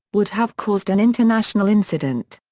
would have caused an international incident.